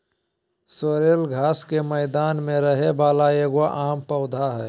sorrel घास के मैदान में रहे वाला एगो आम पौधा हइ